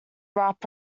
rap